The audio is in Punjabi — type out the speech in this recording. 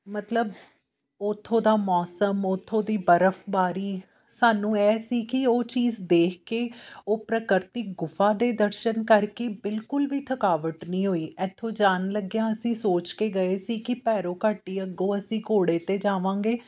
ਮਤਲਬ ਉੱਥੋਂ ਦਾ ਮੌਸਮ ਉੱਥੋਂ ਦੀ ਬਰਫ਼ ਬਾਰੀ ਸਾਨੂੰ ਇਹ ਸੀ ਕਿ ਉਹ ਚੀਜ਼ ਦੇਖ ਕੇ ਉਹ ਪ੍ਰਾਕਿਰਤਿਕ ਗੁਫਾ ਦੇ ਦਰਸ਼ਨ ਕਰਕੇ ਬਿਲਕੁਲ ਵੀ ਥਕਾਵਟ ਨਹੀਂ ਹੋਈ ਇੱਥੋਂ ਜਾਣ ਲੱਗਿਆ ਅਸੀਂ ਸੋਚ ਕੇ ਗਏ ਸੀ ਕਿ ਭੈਰੋ ਘਾਟੀ ਦੀ ਅੱਗੋਂ ਅਸੀਂ ਘੋੜੇ 'ਤੇ ਜਾਵਾਂਗੇ